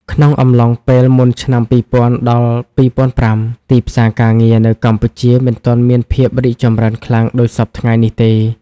ក្នុងអំឡុងពេលមុនឆ្នាំ ២០០០ ដល់ ២០០៥ ទីផ្សារការងារនៅកម្ពុជាមិនទាន់មានភាពរីកចម្រើនខ្លាំងដូចសព្វថ្ងៃនេះទេ។